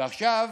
ועכשיו